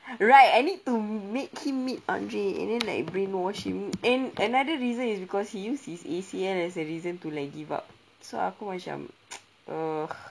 right I need to make him meet andre and then like brainwash him and another reason is because he used his A_C_L and as a reason to like give up so aku macam ugh